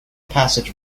passage